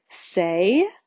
say